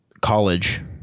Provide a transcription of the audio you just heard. college